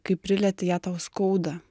kai prilieti ją tau skauda